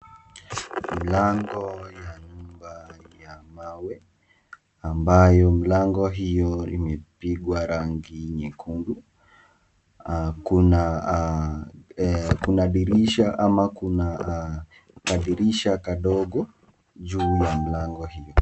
Mlango ya nyumba ya mawe ambayo lango hiyo imepigwa rangi nyekundu. Kunadhihirisha ama kuna kadirisha kadogo juu ya mlango hiyo.